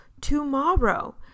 tomorrow